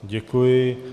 Děkuji.